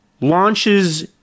launches